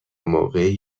موقعی